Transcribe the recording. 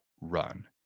run